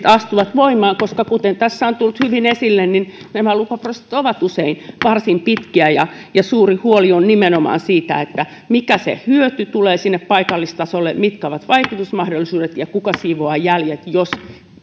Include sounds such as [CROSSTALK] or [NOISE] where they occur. [UNINTELLIGIBLE] astuvat voimaan koska kuten tässä on tullut hyvin esille nämä lupaprosessit ovat usein varsin pitkiä ja ja suuri huoli on nimenomaan siitä mikä on se hyöty sinne paikallistasolle mitkä ovat vaikutusmahdollisuudet ja kuka siivoaa jäljet jos